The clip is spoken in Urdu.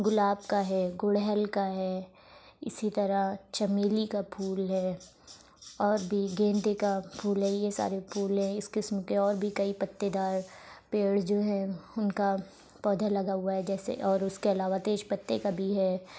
گلاب کا ہے گڑہل کا ہے اسی طرح چمیلی کا پھول ہے اور بھی گیندے کا پھول ہے یہ سارے پھول ہیں اس قسم کے اور بھی کئی پتے دار پیڑ جو ہیں ان کا پودھا لگا ہوا ہے جیسے اور اس کے علاوہ تیز پتے کا بھی ہے